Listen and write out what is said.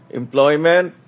employment